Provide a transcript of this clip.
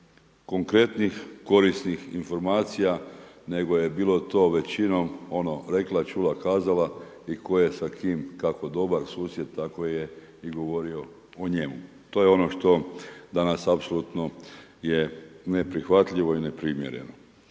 konkretnih korisnih informacija nego je bilo to većinom ono rekla, čula, kazala i koje sa kim kako dobar susjed tako je i govorio o njemu. To je ono što danas apsolutno je neprihvatljivo i neprimjereno.